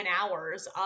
hours